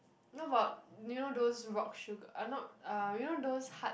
you know about you know those rock sugar uh not uh you know those hard